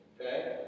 Okay